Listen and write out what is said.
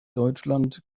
deutschland